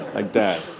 like that.